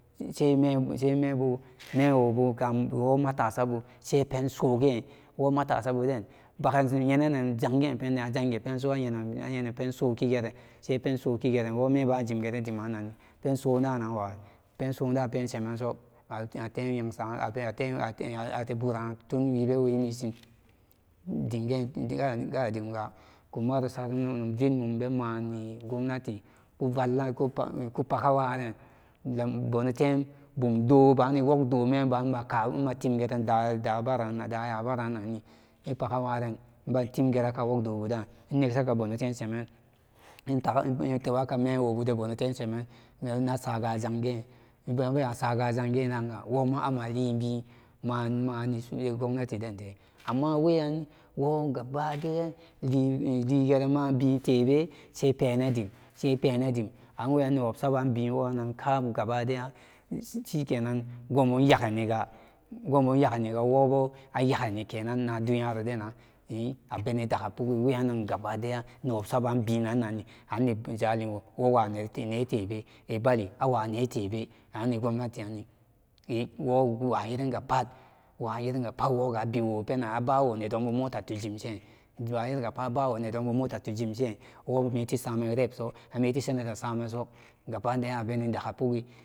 Sai mebu sai mebu sai mewobu matasabu sepensoke wo matasabu sai pen soke bagan yenenan jange pendan ajangi penso ayeyam pensokingere sai pensoki geren womenba ijimren dimaran penso danan wa pensoda pense menso ateyenbaben ate ate ati buran tunwira wemisin dinge gadimga inkunmaro ivid mumbe mane gomnati ka valla kopawaren lam bonotem bum do bananni maka matimgeren da yabararan dayabaranni ipaga waran itimgeraka dóó da ineksaka bono tero semen intelaka memwobu da bóónòó tem semen nasaga jangibe ibewa saga jangenga woma amalibin mani manisuye gomnati dente amma wayan gogabadaya litigeran mabi tebe sa ipenejim sai penedim anweyan newob saban biwo ran kapbe gaba daya sikenan góóbo yaganiga gobo yaganigani bóó kenan na duyaro denna abene daka pogi wayan gaba daya newóógsaban binani ane jalingo mowa netebe ibali wowane tebe ani gobnatiranni wo wayi ranga pat wayirangapat wowo abawo medonbu mota tugimshe wayirangapat abawo nedonba mota tuginshin wometi samen repsso ameti seneta samenso gada daya abene daka póógi.